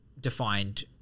defined